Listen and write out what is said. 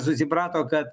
susiprato kad